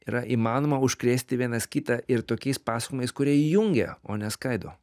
yra įmanoma užkrėsti vienas kitą ir tokiais pasakojimais kurie įjungia o ne skaido